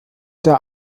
der